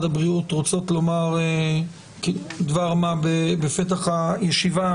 הבריאות רוצות לומר דבר מה בפתח הישיבה